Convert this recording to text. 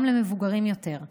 גם למבוגרים יותר,